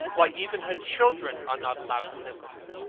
why, even her children are not allowed to live with her.